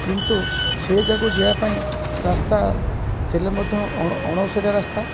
କିନ୍ତୁ ସେ ଜାଗାକୁ ଯିବା ପାଇଁ ରାସ୍ତା ଥିଲେ ମଧ୍ୟ ଅଣ ଅଣଓସାରିଆ ରାସ୍ତା